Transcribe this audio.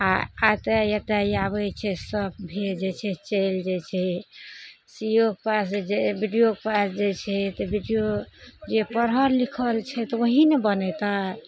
आओर आते आते आबय छै सब भेजय छै चलि जाइ छै सी ओ के पास जे बी डी ओ के पास जाइ छै तऽ बी डी ओ जे पढ़ल लिखल छै तऽ वही ने बनेतइ